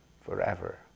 forever